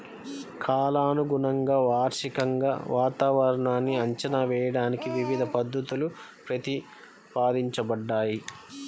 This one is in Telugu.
కాలానుగుణంగా, వార్షికంగా వాతావరణాన్ని అంచనా వేయడానికి వివిధ పద్ధతులు ప్రతిపాదించబడ్డాయి